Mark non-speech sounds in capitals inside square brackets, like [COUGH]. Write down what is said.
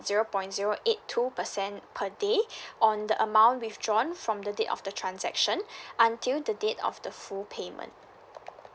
zero point zero eight two percent per day [BREATH] on the amount withdrawn from the date of the transaction [BREATH] until the date of the full payment